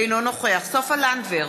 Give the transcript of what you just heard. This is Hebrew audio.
אינו נוכח סופה לנדבר,